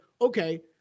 okay